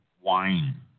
wine